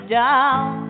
down